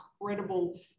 incredible